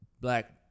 black